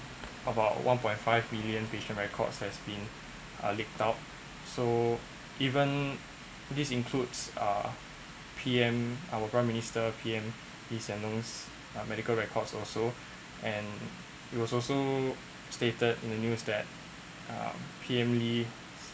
about one point five million patient records has been uh leaked out so even this includes uh P_M our prime minister P_M Lee-Hsien-Loong's uh medical records also and it was also stated in the news that um P_M lee